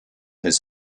his